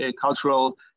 cultural